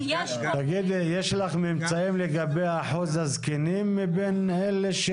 תגידי, יש לך ממצאים לגבי אחוז הזקנים מבין אלה?